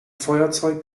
feuerzeug